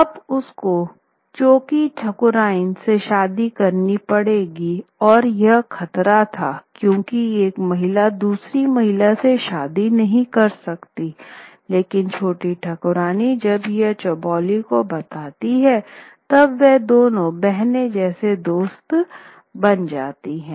अब उसको चोकी ठकुरायन से शादी करनी पड़ेगी और यह खतरा था क्योंकि एक महिला दूसरी महिला से शादी नहीं कर सकती लेकिन छोटी ठाकुरायन जब यह चौबोली को बताती है तब वह दोनों बहने जैसी दोस्त बन जाती हैं